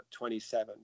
27